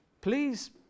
Please